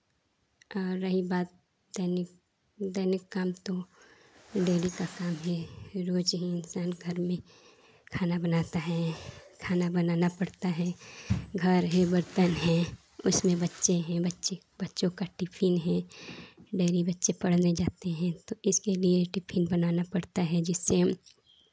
का रही बात दैनिक दैनिक काम तो डेली का काम भी रोज़ ही इंसान घर में खाना बनाता है खाना बनाना पड़ता है घर है बर्तन हैं उसमें बच्चे हैं बच्चे बच्चों का टिफिन है डेली बच्चे पढ़ने जाते हैं तो उसके लिए टिफिन बनाना पड़ता है जिसमें हम